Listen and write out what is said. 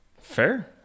Fair